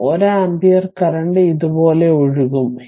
ഈ 1 ampere current ഇതുപോലെ ഒഴുകും